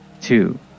Two